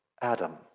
Adam